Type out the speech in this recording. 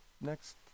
next